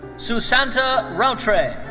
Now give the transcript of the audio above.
susanta routray.